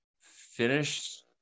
Finished